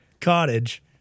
cottage